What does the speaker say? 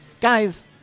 guys